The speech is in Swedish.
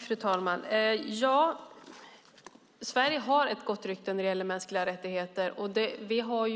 Fru talman! Sverige har ett gott rykte när det gäller mänskliga rättigheter. Vi har